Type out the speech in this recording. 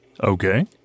Okay